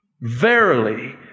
Verily